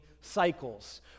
cycles